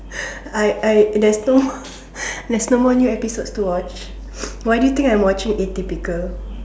I I there's no there's no more new episodes to watch why do you think I'm watching atypical